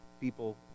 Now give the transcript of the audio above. people